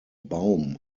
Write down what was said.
baum